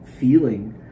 feeling